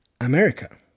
America